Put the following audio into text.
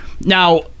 Now